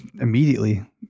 immediately